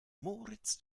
moritz